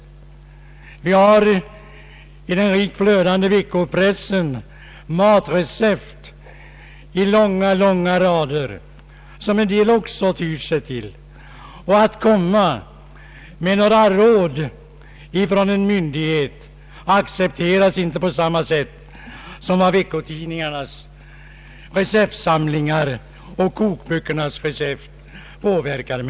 Det förekommer i den rikt flödande veckopressen matrecept i långa rader som en del också tyr sig till. Råd från en myndighets sida påverkar inte människorna på samma sätt som veckotidningarnas receptsamlingar och kokböckernas recept.